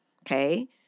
Okay